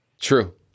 true